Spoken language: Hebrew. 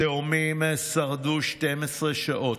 התאומים שרדו 12 שעות.